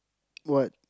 what